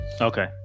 okay